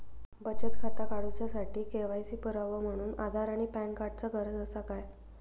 बचत खाता काडुच्या साठी के.वाय.सी पुरावो म्हणून आधार आणि पॅन कार्ड चा गरज आसा काय?